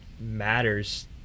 matters